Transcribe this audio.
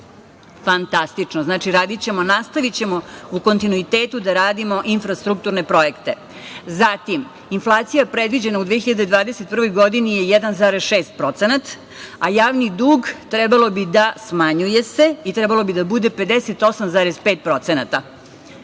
Fantastično. Znači, nastavićemo u kontinuitetu da radimo infrastrukturne projekte. Zatim, inflacija predviđena u 2021. godini je 1,6%, a javni dug trebalo bi da se smanjuje i da bude 58,5%.Ono